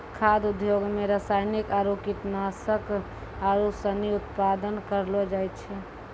खाद्य उद्योग मे रासायनिक आरु कीटनाशक आरू सनी उत्पादन करलो जाय छै